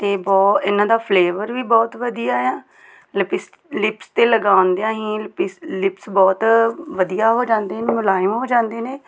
ਅਤੇ ਬਹੁਤ ਇਹਨਾਂ ਦਾ ਫਲੇਵਰ ਵੀ ਬਹੁਤ ਵਧੀਆ ਆ ਲਪਿਸ ਲਿਪਸ 'ਤੇ ਲਗਾਉਂਦਿਆਂ ਹੀ ਲਪਿਸ ਲਿਪਸ ਬਹੁਤ ਵਧੀਆ ਹੋ ਜਾਂਦੇ ਨੇ ਮੁਲਾਇਮ ਹੋ ਜਾਂਦੇ ਨੇ